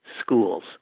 Schools